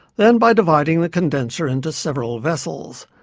then by dividing the condenser into several vessels.